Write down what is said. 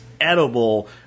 edible